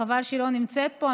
חבל שהיא לא נמצאת פה.